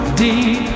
deep